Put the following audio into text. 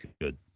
good